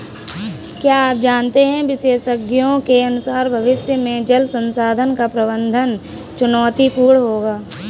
क्या आप जानते है विशेषज्ञों के अनुसार भविष्य में जल संसाधन का प्रबंधन चुनौतीपूर्ण होगा